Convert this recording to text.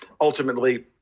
ultimately